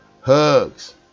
Hugs